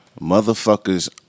Motherfuckers